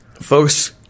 folks